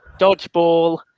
Dodgeball